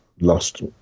lost